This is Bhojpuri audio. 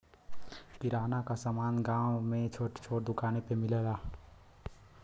किराना क समान गांव में छोट छोट दुकानी पे मिलेला